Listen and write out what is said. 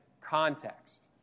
context